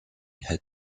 had